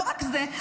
לא רק זה,